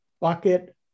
bucket